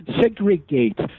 segregate